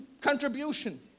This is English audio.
contribution